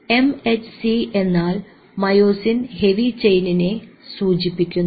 M H C എന്നാൽ myosin heavy ചെയിനിനെ സൂചിപ്പിക്കുന്നു